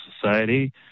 society